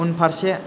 उनफारसे